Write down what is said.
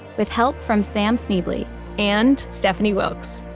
with help from sam schneble and stephanie wilkes.